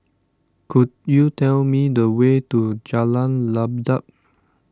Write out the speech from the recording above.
could you tell me the way to Jalan Ibadat